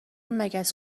مگس